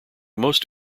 most